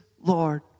Lord